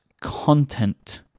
content